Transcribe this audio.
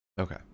Okay